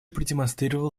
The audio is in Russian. продемонстрировал